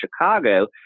Chicago